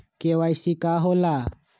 KYC का होला?